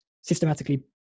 systematically